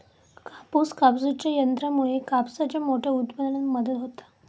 कापूस कापूच्या यंत्रामुळे कापसाच्या मोठ्या उत्पादनात मदत होता